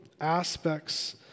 aspects